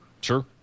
Sure